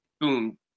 Boom